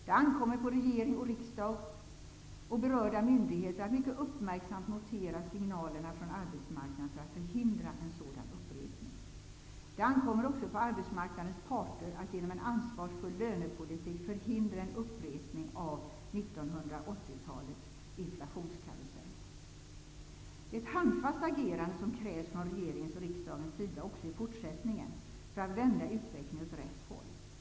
Det ankommer på regering och riksdag och berörda myndigheter att mycket uppmärksamt notera signalerna från arbetsmarknaden för att förhindra en sådan upprepning. Det ankommer också på arbetsmarknadens parter att genom en ansvarsfull lönepolitik förhindra en upprepning av 1980-talets inflationskarusell. Det är ett handfast agerande som också i fortsättningen krävs från regeringens och riksdagens sida för att vända utvecklingen åt rätt håll.